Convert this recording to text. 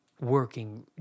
working